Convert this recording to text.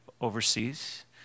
overseas